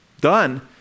done